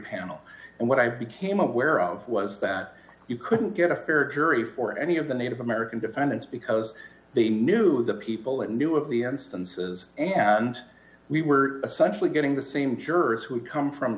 panel and what i became aware of was that you couldn't get a fair jury for any of the native american defendants because they knew the people that knew of the instances and we were essentially getting the same jurors who come from